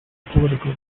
political